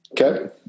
Okay